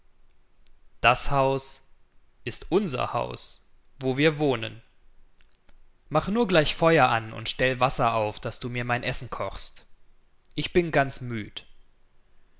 das haus ist unser haus wo wir wohnen mach nur gleich feuer an und stell wasser auf daß du mir mein essen kochst ich bin ganz müd